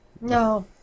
No